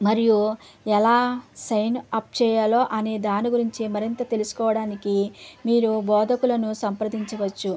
మరియు ఎలా సైన్అప్ చెయ్యాలో అనే దాని గురించి మరింత తెలుసుకోవడానికి మీరు బోధకులను సంప్రదించవచ్చు